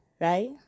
right